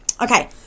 okay